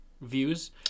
views